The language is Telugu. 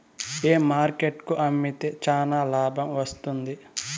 ఏ మార్కెట్ కు అమ్మితే చానా లాభం వస్తుంది?